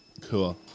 cool